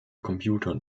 computern